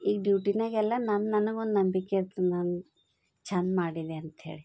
ಈಗ ಡ್ಯೂಟಿನಾಗೆಲ್ಲ ನನ್ನ ನನಗೊಂದು ನಂಬಿಕೆ ಇರ್ತದೆ ನಾನು ಚೆಂದ ಮಾಡಿದೆ ಅಂಥೇಳಿ